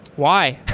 why?